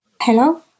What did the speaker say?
Hello